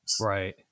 Right